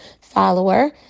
follower